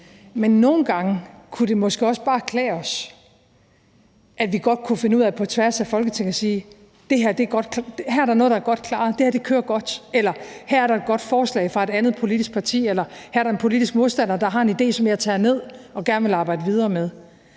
men nogle gange kunne det måske også bare klæde os, at vi på tværs af Folketinget godt kunne finde ud af at sige: Her er der noget, der er godt klaret; det her kører godt; her er der et godt forslag fra et andet politisk parti; eller her er der en politisk modstander, der har en idé, som jeg tager ned, og som jeg gerne vil arbejde videre med.